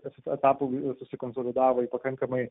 etapų susikonsolidavo į pakankamai